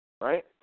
Right